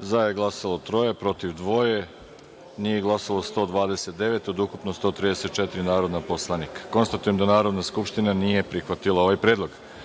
za - troje, protiv – dvoje, nije glasalo 129 od ukupno 134 narodna poslanika. Konstatujem da Narodna skupština nije prihvatila ovaj predlog. Narodni